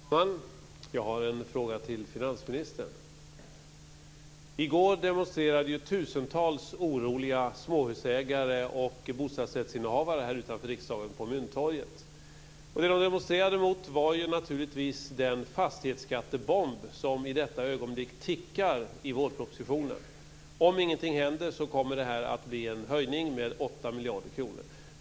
Herr talman! Jag har en fråga till finansministern. I går demonstrerade tusentals oroliga småhusägare och bostadsrättsinnehavare här utanför riksdagen på Mynttorget. Det de demonstrerade mot var naturligtvis den fastighetsskattebomb som i detta ögonblick tickar i vårpropositionen. Om ingenting händer kommer det att bli en höjning med 8 miljarder kronor.